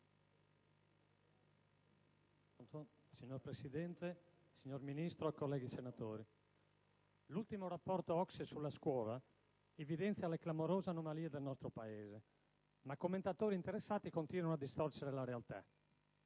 Signor Presidente, signora Ministro, colleghi senatori, l'ultimo rapporto OCSE sulla scuola evidenzia le clamorose anomalie del nostro Paese, ma commentatori interessati continuano a distorcere la realtà.